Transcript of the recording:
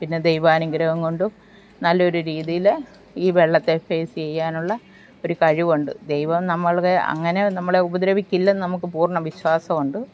പിന്നെ ദൈവാനുഗ്രഹം കൊണ്ടും നല്ലൊരു രീതിയിൽ ഈ വെള്ളത്തെ ഫേസ് ചെയ്യാനുള്ള ഒരു കഴിവുണ്ട് ദൈവം നമ്മളുടെ അങ്ങനെ നമ്മളെ ഉപദ്രവിക്കില്ലെന്നു നമുക്കു പൂർണ്ണ വിശ്വാസമുണ്ട്